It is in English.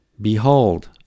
Behold